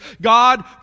God